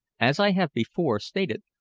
as i have before stated,